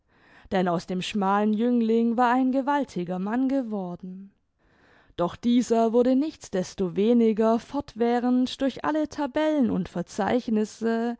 denn aus dem schmalen jüngling war ein gewaltiger mann geworden doch dieser wurde nichtsdestoweniger fortwährend durch alle tabellen und verzeichnisse